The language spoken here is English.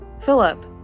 Philip